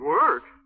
Work